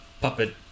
puppet